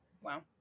wow